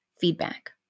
feedback